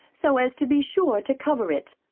so as to be sure to cover it.